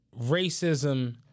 racism